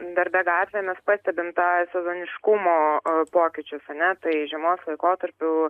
darbe gatvėmis pastebim tą sezoniškumo pokyčius ar ne tai žiemos laikotarpiu